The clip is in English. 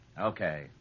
Okay